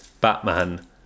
Batman